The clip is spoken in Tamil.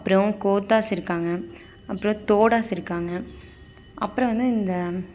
அப்புறம் கோத்தாஸ் இருக்காங்க அப்புறம் தோடாஸ் இருக்காங்க அப்புறம் வந்து இந்த